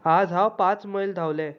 आज हांव पांच मैल धांवलें